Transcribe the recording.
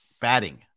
batting